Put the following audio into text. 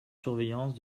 surveillance